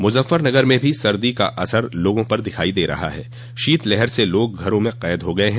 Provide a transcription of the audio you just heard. मुजफ्फरनगर में भी सर्दी का असर लोगों पर दिखाई दे रहा है शीत लहर से लोग घरों में कैद हो गये हैं